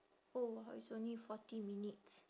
oh it's only forty minutes